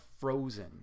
frozen